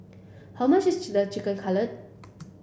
how much is Chicken Cutlet